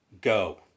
go